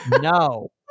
no